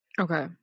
Okay